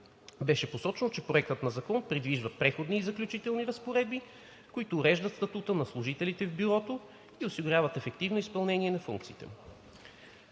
Беше посочено, че Проектът на закон предвижда Преходни и заключителни разпоредби, които уреждат статута на служителите в Бюрото и осигуряват ефективното изпълнение на функциите му.